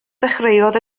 ddechreuodd